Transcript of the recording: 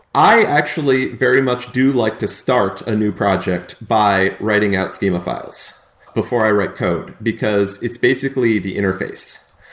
i actually very much do like to start a new project by writing out schema files before i write code, because it's basically the interface.